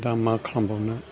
दा आं मा खालामबावनो